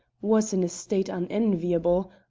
was in a state unenviable,